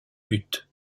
but